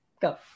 Go